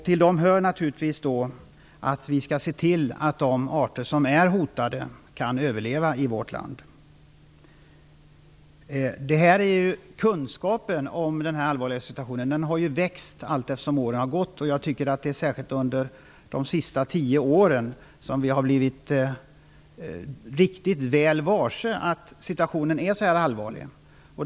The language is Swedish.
Till dessa hör naturligtvis att vi skall se till att de arter som är hotade kan överleva i vårt land. Kunskapen om denna allvarliga situation har ju växt allteftersom åren har gått. Särskilt under de senaste tio åren har vi blivit riktigt väl varse att situationen är så här allvarlig.